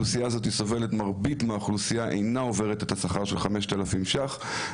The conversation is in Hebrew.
ומרבית האוכלוסייה הזאת לא עוברת שכר של 5,000 שקלים.